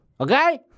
Okay